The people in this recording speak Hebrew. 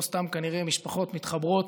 לא סתם, כנראה, משפחות מתחברות.